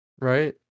right